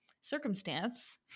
circumstance